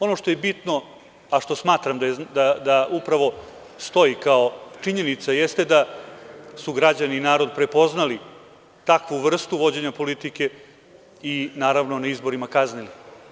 Ono što je bitno i što smatram da upravo stoji kao činjenica jeste da su građani i narod prepoznali takvu vrstu vođenja politike i naravno na izborima kaznili.